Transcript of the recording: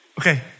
Okay